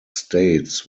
states